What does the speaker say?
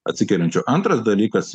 atsikeliančių antras dalykas